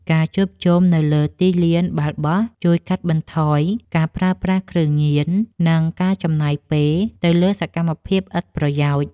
ការជួបជុំគ្នានៅលើទីលានបាល់បោះជួយកាត់បន្ថយការប្រើប្រាស់គ្រឿងញៀន និងការចំណាយពេលទៅលើសកម្មភាពឥតប្រយោជន៍។